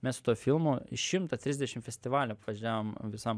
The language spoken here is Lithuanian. mes su tuo filmu šimtą trisdešim festivalių apvažiavom visam